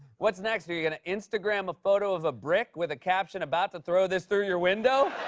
what's next? are you gonna instagram a photo of a brick with a caption about to throw this through your window?